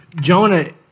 Jonah